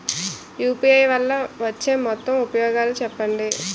UPI వల్ల వచ్చే మొత్తం ఉపయోగాలు చెప్పండి?